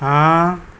हाँ